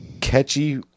catchy